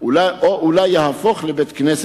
או אולי הוא יהפוך לבית-כנסת.